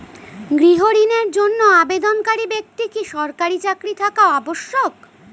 গৃহ ঋণের জন্য আবেদনকারী ব্যক্তি কি সরকারি চাকরি থাকা আবশ্যক?